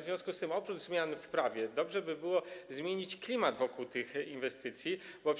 W związku z tym oprócz zmian w prawie dobrze by było zmienić klimat wokół tych inwestycji, bo